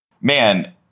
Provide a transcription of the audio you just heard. Man